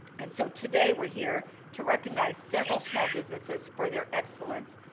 and so today, we're here to recognize several small businesses for their excellence.